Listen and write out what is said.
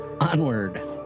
Onward